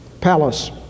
palace